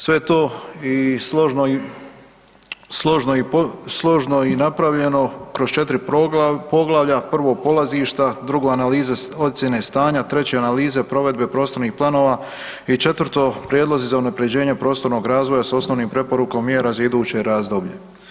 Sve to i složno, složno i, složno i napravljeno kroz 4 poglavlja, prvo polazišta, drugo analize ocijene stanja, treće analize provedbe prostornih planova i četvrto prijedlozi za unaprjeđenje prostornog razvoja s osnovnom preporukom mjera za iduće razdoblje.